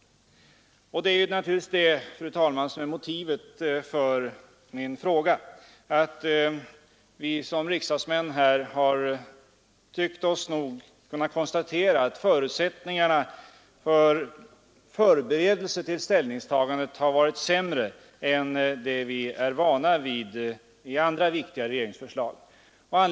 Motivet till min fråga, fru talman, är att jag tyckt att förutsättningarna för förberedelser till ett ställningstagande i den här frågan har varit sämre än vad vi är vana vid, när det gäller viktiga regeringsförslag.